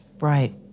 Right